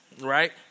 right